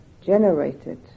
generated